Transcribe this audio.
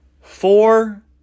Four